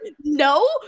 No